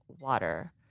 water